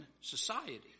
society